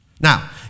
Now